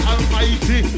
Almighty